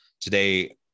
today